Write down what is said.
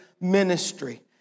ministry